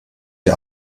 die